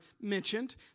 mentioned